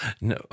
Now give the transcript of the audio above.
No